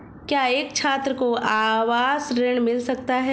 क्या एक छात्र को आवास ऋण मिल सकता है?